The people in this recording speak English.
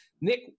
Nick